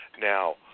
Now